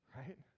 right